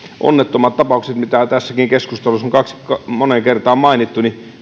onnettomat tapaukset mitä tässäkin keskustelussa on moneen kertaan mainittu